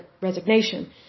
resignation